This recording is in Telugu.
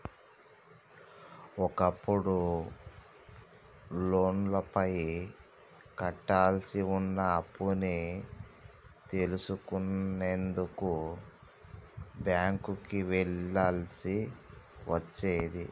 ఒకప్పుడు లోనుపైన కట్టాల్సి వున్న అప్పుని తెలుసుకునేందుకు బ్యేంకుకి వెళ్ళాల్సి వచ్చేది